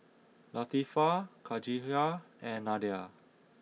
Latifa Khatijah and Nadia